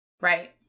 Right